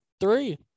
three